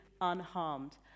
unharmed